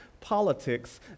politics